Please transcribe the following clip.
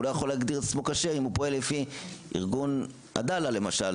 הוא לא יכול להגדיר את עצמו כשר אם הוא פועל לפי ארגון עדאללה למשל,